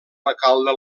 alcalde